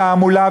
בתעמולה,